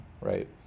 right